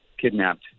kidnapped